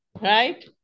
right